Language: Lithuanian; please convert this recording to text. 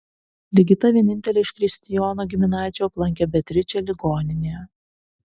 ligita vienintelė iš kristijono giminaičių aplankė beatričę ligoninėje